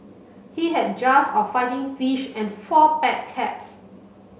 he had jars of fighting fish and four pet cats